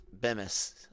bemis